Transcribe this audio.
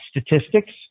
statistics